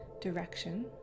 direction